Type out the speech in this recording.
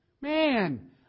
man